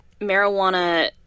marijuana